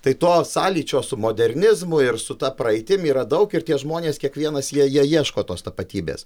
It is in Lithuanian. tai to sąlyčio su modernizmu ir su ta praeitim yra daug ir tie žmonės kiekvienas jie jie ieško tos tapatybės